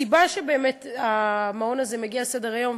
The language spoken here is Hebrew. הסיבה שבאמת המעון הזה מגיע לסדר-היום,